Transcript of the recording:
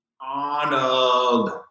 Arnold